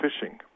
fishing